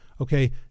okay